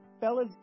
Fellas